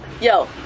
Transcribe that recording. Yo